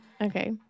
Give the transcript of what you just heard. okay